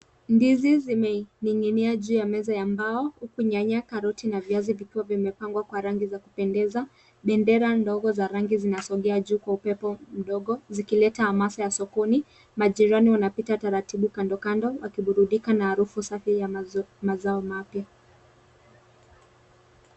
Ndizi zimening'inia juu ya meza ya mbao huku nyanya, karoti, na viazi vikiwa vimepangwa kwa rangi za kupendeza. Bendera ndogo za rangi zinasongea juu kwa upepo mdogo zikileta hamasa ya sokoni. Majirani wanapita taratibu kando kando wakiburudika na hadufu safi ya mazao mapya.